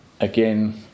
again